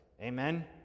Amen